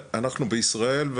מצד אחד המדינה מייצרת את הגז,